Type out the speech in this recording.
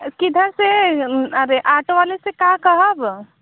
किधर से अरे आटो वाले से का कहब